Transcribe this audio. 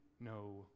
no